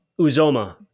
Uzoma